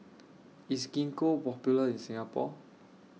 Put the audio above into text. IS Gingko Popular in Singapore